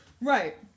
Right